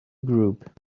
group